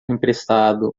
emprestado